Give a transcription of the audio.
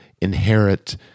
inherit